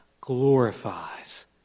glorifies